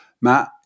matt